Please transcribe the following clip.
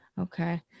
okay